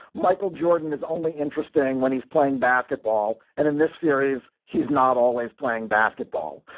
michael jordan is only interesting when he's playing basketball. and in this series, he's not always playing basketball.